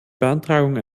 beantragung